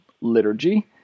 liturgy